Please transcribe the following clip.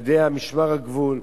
על-ידי משמר הגבול,